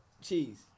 Cheese